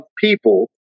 people